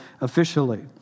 officially